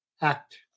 act